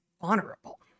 honorable